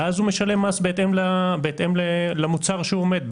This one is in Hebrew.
ואז הוא משלם מס בהתאם לתקן שבו המוצר עומד.